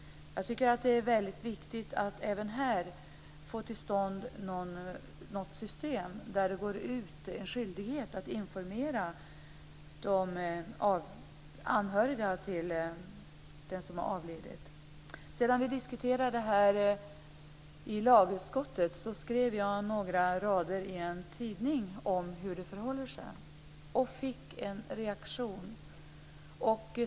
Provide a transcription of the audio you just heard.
Jag tycker att det är väldigt viktigt att även här få till stånd ett system där det finns en skyldighet att informera de anhöriga till den som har avlidit. Efter det att vi hade diskuterat detta i lagutskottet skrev jag några rader i en tidning om hur det förhåller sig. Jag fick många reaktioner på detta.